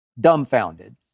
Dumbfounded